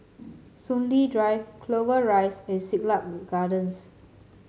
Soon Lee Drive Clover Rise and Siglap Gardens